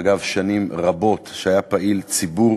אגב, שנים רבות, שהיה פעיל ציבור,